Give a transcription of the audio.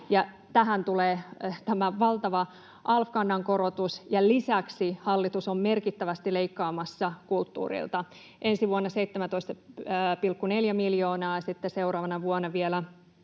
tähän tulee tämä valtava alv-kannan korotus, ja lisäksi hallitus on merkittävästi leikkaamassa kulttuurilta: ensi vuonna 17,4 miljoonaa ja sitten seuraavana vuonna vielä